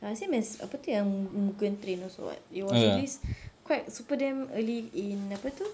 ya same as apa tu yang mugen train also [what] it was released quite super damn early in apa tu